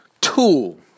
tool